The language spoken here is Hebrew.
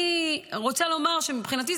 אני רוצה לומר שמבחינתי,